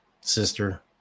sister